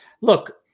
look